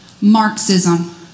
Marxism